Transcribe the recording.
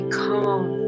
calm